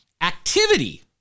activity